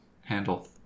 handle